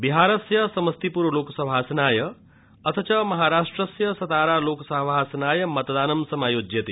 बिहारस्य समस्तीपूर लोकसभासनाय अथ च महाराष्ट्रस्य सतारा लोकसभानाय मतदानं समायोज्यते